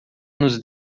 nos